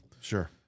Sure